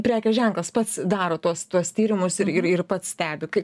prekės ženklas pats daro tuos tuos tyrimus ir ir pats stebi kaip